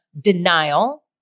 denial